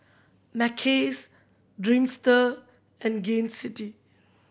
Mackays Dreamster and Gain City